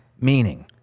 meaning